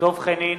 דב חנין,